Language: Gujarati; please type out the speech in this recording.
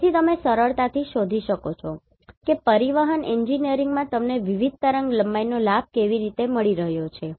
તેથી તમે સરળતાથી શોધી શકો છો કે પરિવહન એન્જિનિયરિંગમાં તમને વિવિધ તરંગલંબાઇનો લાભ કેવી રીતે મળી રહ્યો છે